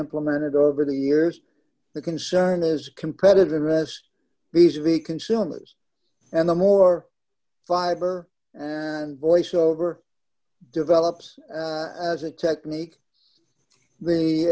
implemented over the years the concern is competitive rest easy consumers and the more fiber and voice over develops as a technique the